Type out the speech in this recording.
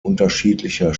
unterschiedlicher